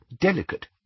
delicate